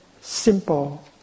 simple